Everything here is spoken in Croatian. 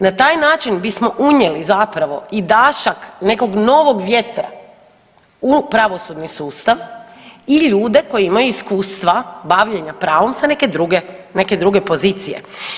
Na taj način bismo unijeli zapravo i dašak nekog novog vjetra u pravosudni sustav i ljude koji imaju iskustva bavljenja pravom sa neke druge, neke druge pozicije.